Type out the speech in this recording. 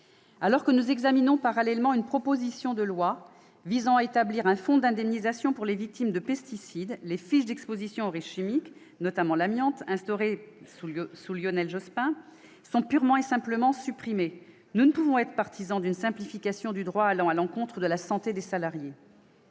Alors qu'a été déposée une proposition de loi portant création d'un fonds d'indemnisation des victimes des pesticides, les fiches d'exposition aux risques chimiques, notamment à l'amiante, instaurées sous Lionel Jospin sont purement et simplement supprimées. Nous ne pouvons être partisans d'une simplification du droit allant à l'encontre de la santé des salariés.